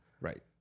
right